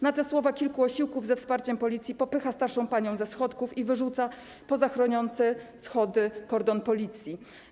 Na te słowa kilku osiłków ze wsparciem policji popycha starszą panią ze schodów i wyrzuca poza chroniący schody kordon policji.